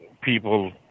people